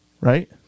right